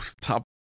top